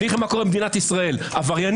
אני אומר לכם מה קורה במדינת ישראל עבריינים